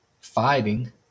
Fighting